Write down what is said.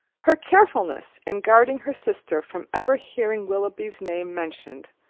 her carefulness in guarding her sister from ever hearing willoughby's name mentioned,